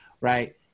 right